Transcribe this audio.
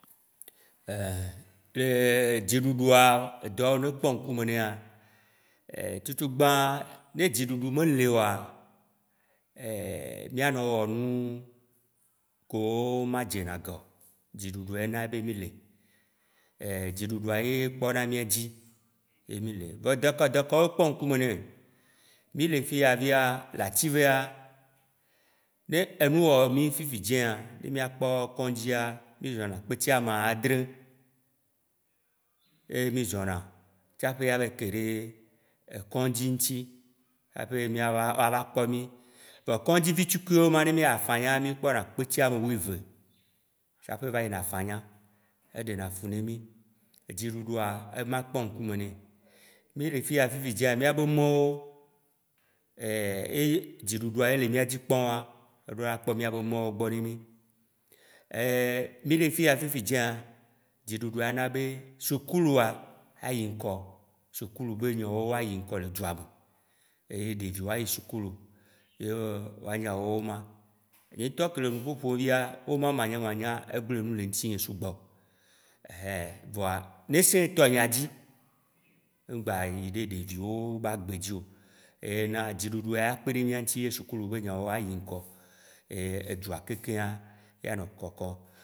le dziɖuɖua edɔ ne kpɔ ŋkume nɛa, tutugbã ne dziɖuɖu meli oa mìanɔ wɔ nu kewo ma dzena ga o. Dziɖuɖua ye na mì le, dziɖuɖua ye kpɔna mìadzi ye mì le. Vɔ dɔkawo dɔkawoe kpɔ ŋkume nɛ? Mì le fiya fia le ativea, ne enu wɔ mì fifidzĩa ne mìakpɔ kɔŋdzia, mizɔna kpeti ameadre, ye mì zɔna tsaƒe ava yi keɖe kɔŋdzi ŋti haƒe miava woava kpɔ mì. Vɔ kɔŋdzi vitukuiwoa, ne mìa yi afanya, mì kpɔna kpeti amewuieve tsaƒe va yi na afanya, eɖena fu ne mì. Dziɖuɖua, ema kpɔ ŋkume nɛ. Mì le fiya fifidzĩa, mìa be mɔwo, eye dziɖuɖua ye le mìa dzi kpɔma, eɖo la kpɔ mìabe mɔwo gbɔ ne mi. mì le fiya fifidzĩa, dziɖuɖua ana be sukulu woa ayi ŋkɔ, sukulu be nyawo ayi ŋkɔ le dua me. Eye ɖeviwo ayi sukulu ye woanya woma. Nye ŋtɔ ke le nuƒo ƒom fia, woma manyamanya egble nu le ŋtinye sugbɔ, ɛhein, vɔa, nesẽ tɔnyea dzi mgba yi ɖe ɖeviwo ba gbe dzi o. Yena dziɖuɖua ya kpe ɖe mìa ŋti ye sukulu be nyawo ya yi ŋkɔ, edzua kekem ya kɔkɔkɔm.